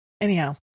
Anyhow